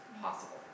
Possible